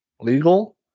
legal